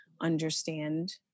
understand